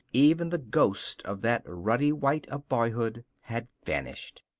even the ghost of that ruddy wight of boyhood had vanished.